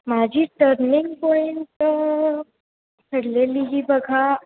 माझी turning point ठरलेली ही बघा